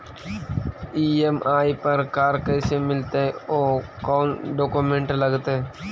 EMI पर car कैसे मिलतै औ कोन डाउकमेंट लगतै?